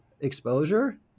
exposure